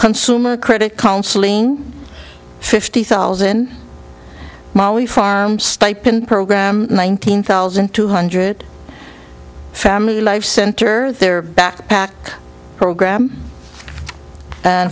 consumer credit counseling fifty thousand molly farm stipend program nineteen thousand two hundred family life center their backpack program